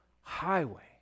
highway